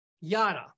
Yada